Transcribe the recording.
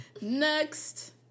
Next